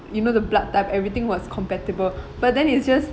you know the blood type everything was compatible but then it's just